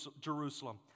Jerusalem